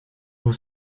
vous